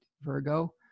virgo